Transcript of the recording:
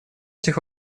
этих